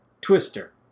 Twister